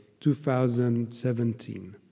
2017